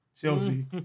Chelsea